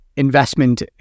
investment